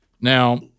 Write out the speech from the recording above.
Now